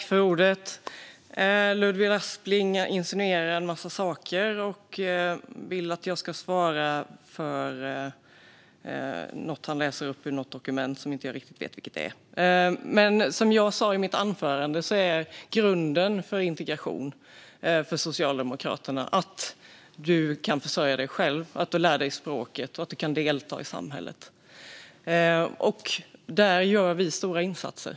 Fru talman! Ludvig Aspling insinuerar en massa saker och vill att jag ska svara för något han läser upp ur något dokument, som jag inte riktigt vet vilket det är. Men som jag sa i mitt anförande är grunden för integration för Socialdemokraterna att du kan försörja dig själv, lär dig språket och kan delta i samhället. Där gör vi stora insatser.